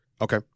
Okay